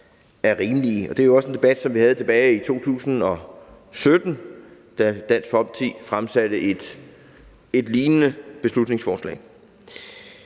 er rimelige. Og det er jo også en debat, som vi havde tilbage i 2017, da Dansk Folkeparti fremsatte et lignende beslutningsforslag.